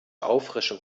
auffrischung